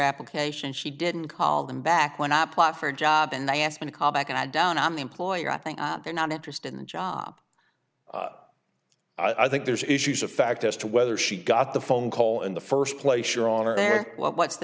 application she didn't call them back when i applied for a job and they asked me to call back and i don't on the employer i think they're not interested in the job i think there's issues of fact as to whether she got the phone call in the first place